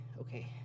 okay